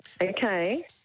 Okay